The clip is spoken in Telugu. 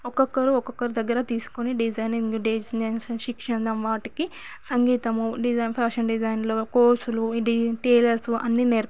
ఒక్కొక్కరు ఒక్కొక్కరు దగ్గర తీసుకోని డిజైనింగ్ శిక్షణ వాటికి సంగీతము డిజైన్ ఫ్యాషన్ డిజైన్లు కోర్సులు ఇది టేలర్స్ అన్నేనీర్పు